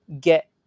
get